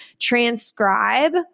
transcribe